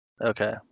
Okay